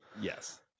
yes